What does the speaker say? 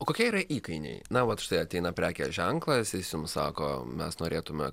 o kokie yra įkainiai na vat štai ateina prekės ženklas jis jums sako mes norėtume